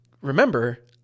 remember